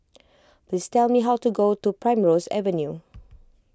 please tell me how to get to Primrose Avenue